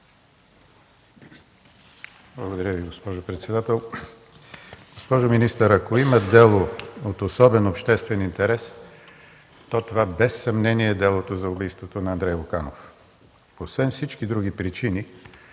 Благодаря Ви, госпожо председател. Госпожо министър, ако има дело от особен обществен интерес, то това без съмнение е делото за убийството на Андрей Луканов. Освен всички други причини